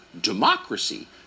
democracy